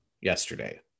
yesterday